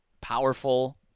powerful